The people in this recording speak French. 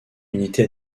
unité